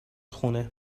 خونه